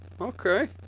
Okay